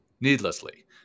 needlessly